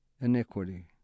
iniquity